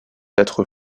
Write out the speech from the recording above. être